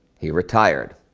he retired.